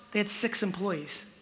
they had six employees